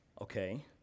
Okay